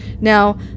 Now